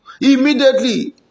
Immediately